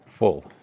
full